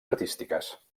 artístiques